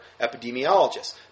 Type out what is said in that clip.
Epidemiologists